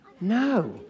No